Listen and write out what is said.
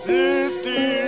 City